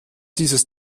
dieses